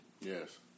Yes